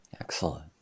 Excellent